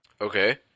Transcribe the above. okay